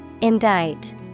Indict